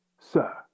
Sir